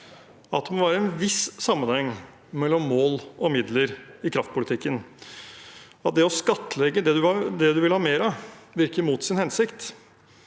at det må være en viss sammenheng mellom mål og midler i kraftpolitikken, at det å skattlegge det man vil ha mer av, virker mot sin hensikt?